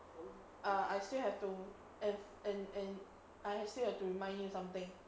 err I still have to and and and I still have to remind you something